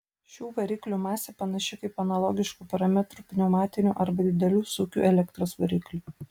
šių variklių masė panaši kaip analogiškų parametrų pneumatinių arba didelių sūkių elektros variklių